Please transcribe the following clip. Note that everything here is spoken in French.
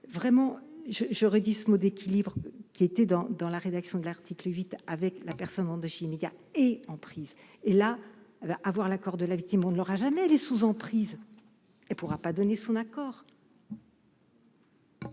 vraiment je j'aurais 10 mots d'équilibre qui était dans dans la rédaction de l'article 8 avec la personne en de immédiate et en prise et là, avoir l'accord de la victime, on ne leur a jamais les sous emprise et pourra pas donné son accord.